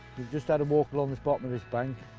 we've just had a walk along this bottom of this bank,